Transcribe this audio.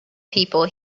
people